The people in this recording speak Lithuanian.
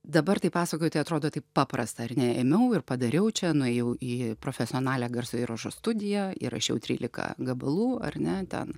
dabar tai pasakoju tai atrodo taip paprasta ar ne ėmiau ir padariau čia nuėjau į profesionalią garso įrašų studiją įrašiau trylika gabalų ar ne ten